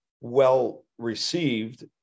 well-received